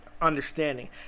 Understanding